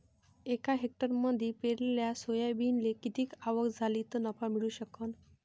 एका हेक्टरमंदी पेरलेल्या सोयाबीनले किती आवक झाली तं नफा मिळू शकन?